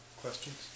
questions